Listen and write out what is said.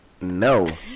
No